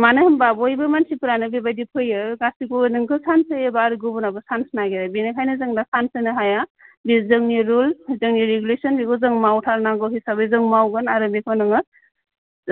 मानो होनबा बयबो मानसिफ्रानो बिबायदि फैयो गासिबखौबो नोंखौ चान्स होयोबा आरो गुबुनाबो चान्स नागिरो बिनिखायनो जों दा चान्स होनो हाया बि जोंनि रुल्स जोंनि रेगुलेसन बिखौ जों मावथारनांगौ हिसाबै जों मावगोन आरो बिखौ नोङो